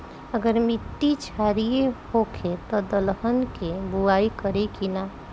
अगर मिट्टी क्षारीय होखे त दलहन के बुआई करी की न?